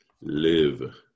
live